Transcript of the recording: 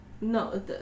no